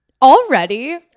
Already